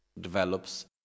develops